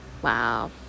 Wow